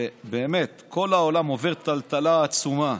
ובאמת, כל העולם עובר טלטלה עצומה,